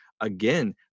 again